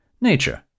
nature